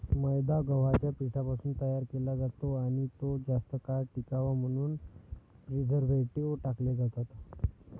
मैदा गव्हाच्या पिठापासून तयार केला जातो आणि तो जास्त काळ टिकावा म्हणून प्रिझर्व्हेटिव्ह टाकले जातात